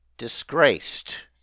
disgraced